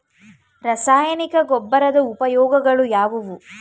ರಾಸಾಯನಿಕ ಗೊಬ್ಬರದ ಉಪಯೋಗಗಳು ಯಾವುವು?